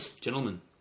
Gentlemen